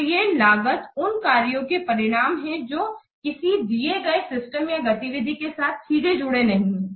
तो ये लागत उन कार्यों के परिणाम हैं जो किसी दिए गए सिस्टम या गतिविधि के साथ सीधे जुड़े नहीं हैं